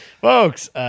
Folks